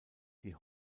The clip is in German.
die